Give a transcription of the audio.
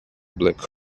black